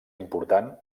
important